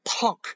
punk